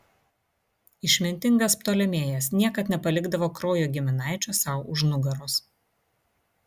išmintingas ptolemėjas niekad nepalikdavo kraujo giminaičio sau už nugaros